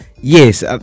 yes